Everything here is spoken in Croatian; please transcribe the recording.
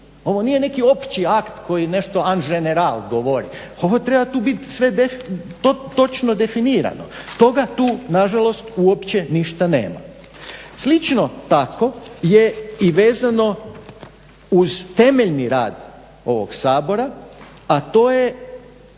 Ovo nije neki opći akt koji nešto an ženeral govori. Ovo treba tu biti točno definirano. Toga tu na žalost uopće ništa nema. Slično tako je i vezano uz temeljni rad ovog Sabora, a to je